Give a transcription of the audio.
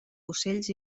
ocells